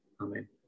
Amen